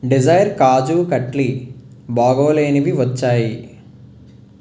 Dzire kaju katli బాగాలేనివి వచ్చాయి